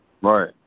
right